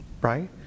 right